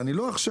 ואני לא עכשיו,